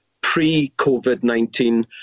pre-COVID-19